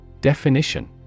Definition